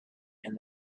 and